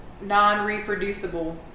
Non-reproducible